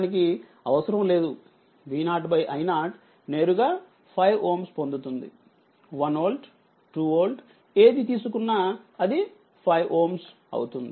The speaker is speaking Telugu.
V0 i0 నేరుగా 5Ω పొందుతుంది1వోల్ట్2 వోల్ట్ ఏది తీసుకున్నాఅది 5Ω అవుతుంది